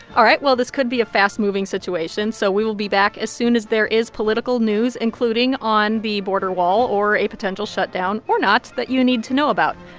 all right. well, this could be a fast-moving situation, so we will be back as soon as there is political news, including on the border wall or a potential shutdown, or not, that you need to know about.